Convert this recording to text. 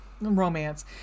romance